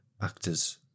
actors